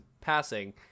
passing